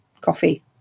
coffee